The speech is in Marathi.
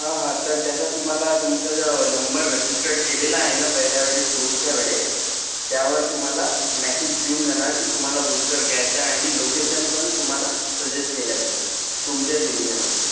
हा हा तर त्याचं तुम्हाला तुमचा ज नंबर रजिस्टर्ड केलेला आहे ना पहिल्या वेळेस डोसच्या वेळेस त्यावर तुम्हाला मॅसेज येऊन जाणार की तुम्हाला बुस्टर घ्यायचंय आणि लोकेशन पण तुम्हाला सजेस्ट केल्या जाईल तुमच्याच एरियामध्ये